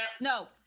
no